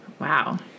Wow